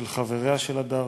של חבריה של הדר,